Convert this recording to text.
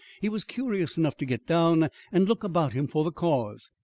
he was curious enough to get down and look about him for the cause.